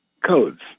codes